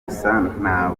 gusa